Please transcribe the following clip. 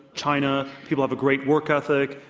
china. people have a great work ethic.